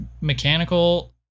mechanical